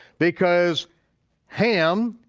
because ham,